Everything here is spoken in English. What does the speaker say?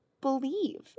believe